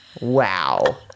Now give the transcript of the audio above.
Wow